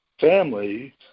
family